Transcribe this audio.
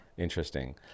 Interesting